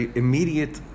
immediate